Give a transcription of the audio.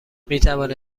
میتوانید